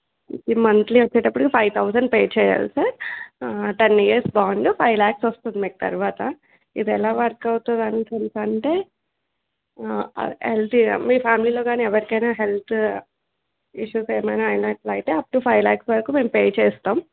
ఇది మంత్లీ వచ్చేటప్పటికి five thousand pay చెయ్యాలి sir ten years bond five lakhs వస్తుంది మీకు తర్వాత ఇది ఎలా వర్క్ అవుతుందా అనుకుంటా అంటే హెల్త్ మీ ఫ్యామిలీలో గానీ ఎవరికైనా హెల్త్ ఇష్యూస్ ఏమైనా అయినట్లైతే అప్ టూ ఫైవ్ ల్యాక్స్ వరకు మేము పే చేస్తాం